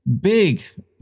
big